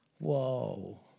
Whoa